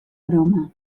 broma